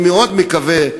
אני מאוד מקווה,